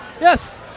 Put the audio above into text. Yes